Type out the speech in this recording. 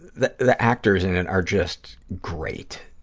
the the actors in it are just great.